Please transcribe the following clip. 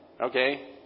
Okay